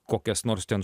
kokias nors ten